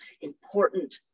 important